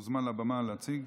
מוזמן לבימה להציג.